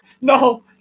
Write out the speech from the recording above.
No